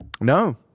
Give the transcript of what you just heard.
No